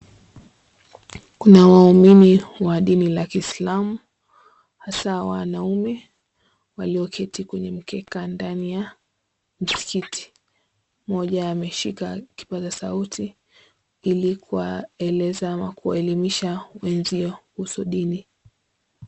Kuna waumini wa dini la Kiislamu hasa wanaume walioketi kwenye mkeka ndani ya mskiti mmoja ameshika kipasa sauti ili kuwaeleza ama kuwaelimisha wenzio kuhusu dini.